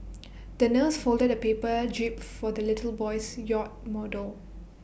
the nurse folded A paper jib for the little boy's yacht model